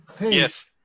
Yes